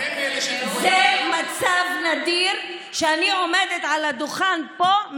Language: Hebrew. זה מצב נדיר שאני עומדת על הדוכן פה,